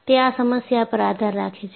તે આ સમસ્યા પર આધાર રાખે છે